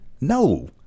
No